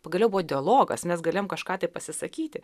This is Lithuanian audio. pagaliau buvo dialogas mes galėjom kažką tai pasisakyti